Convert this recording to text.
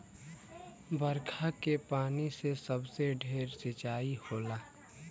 बरखा के पानी से सबसे ढेर सिंचाई होला